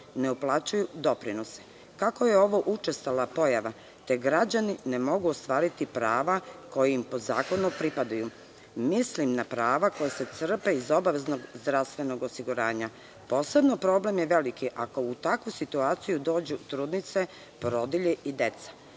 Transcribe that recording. ne uplaćuju doprinose. Kao je ovo učestala pojava, građani ne mogu ostvariti prava koja im po zakonu pripadaju. Mislim na prava koja se crpe iz obaveznog zdravstvenog osiguranja, a posebno je veliki problem ako u takvoj situaciji dođu trudnice, porodilje i